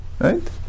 right